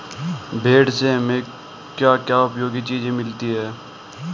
भेड़ से हमें क्या क्या उपयोगी चीजें मिलती हैं?